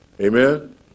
Amen